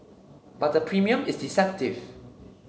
but the premium is deceptive